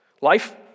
Life